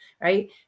right